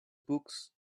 books